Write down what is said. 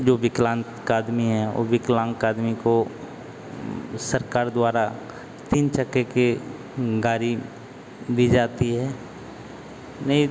जो विकलांग आदमी हाँ विकलांग आदमी को सरकार द्वारा तीन चक्के के गाड़ी दी जाती है नहीं